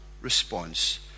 response